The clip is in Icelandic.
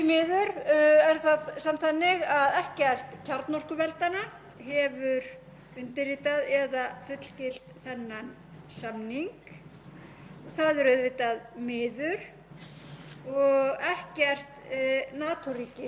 Það er auðvitað miður og ekkert NATO-ríki hefur heldur undirritað eða fullgilt samninginn. Það er líka miður.